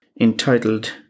entitled